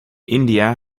india